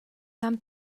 nám